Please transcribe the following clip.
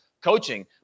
coaching